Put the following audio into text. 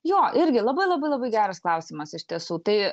jo irgi labai labai labai geras klausimas iš tiesų tai